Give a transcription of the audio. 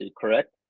correct